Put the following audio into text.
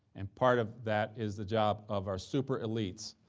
and part of that is the job of our super elites,